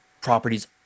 properties